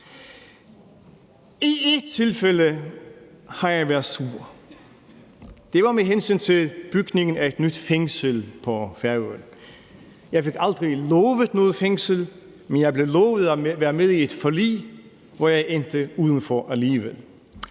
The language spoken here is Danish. I ét tilfælde har jeg været sur, og det var med hensyn til bygningen af et nyt fængsel på Færøerne. Jeg fik aldrig lovet noget fængsel, men jeg blev lovet at være med i et forlig, hvor jeg endte udenfor alligevel.